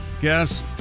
guess